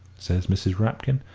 said mrs. rapkin.